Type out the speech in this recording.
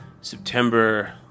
September